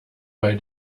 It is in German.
bei